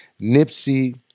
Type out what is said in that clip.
Nipsey